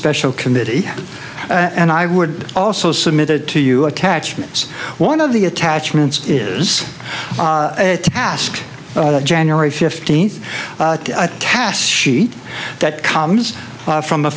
special committee and i would also submitted to you attachments one of the attachments is to ask the january fifteenth a task sheet that comes from a